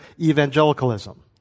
evangelicalism